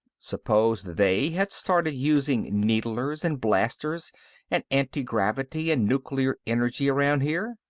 suppose they had started using needlers and blasters and antigravity and nuclear-energy around here.